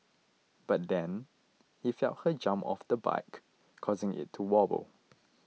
but then he felt her jump off the bike causing it to wobble